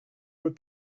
were